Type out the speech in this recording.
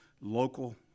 local